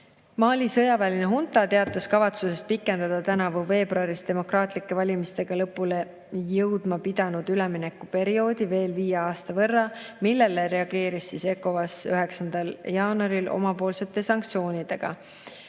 Mali sõjaväeline hunta teatas kavatsusest pikendada tänavu veebruaris demokraatlike valimistega lõpule jõudma pidanud üleminekuperioodi veel viie aasta võrra, millele reageeris ECOWAS 9. jaanuaril omapoolsete sanktsioonidega.